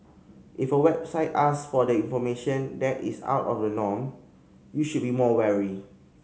if a website ask for the information that is out of norm you should be more wary